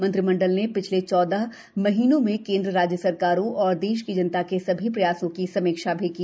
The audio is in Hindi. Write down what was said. मंत्रिमंडल ने पिछले चौदह महीनों में केनुद्र राज्य सरकारों और देश की जनता के सभी प्रयासों की समीक्षा भी की